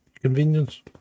convenience